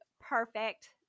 perfect